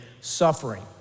suffering